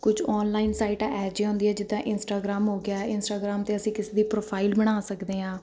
ਕੁਝ ਆਨਲਾਈਨ ਸਾਈਟਾਂ ਇਹੋ ਜਿਹੀਆਂ ਹੁੰਦੀਆਂ ਜਿੱਦਾਂ ਇੰਸਟਾਗਰਾਮ ਹੋ ਗਿਆ ਇੰਸਟਾਗਰਾਮ 'ਤੇ ਅਸੀਂ ਕਿਸੇ ਦੀ ਪ੍ਰੋਫਾਈਲ ਬਣਾ ਸਕਦੇ ਹਾਂ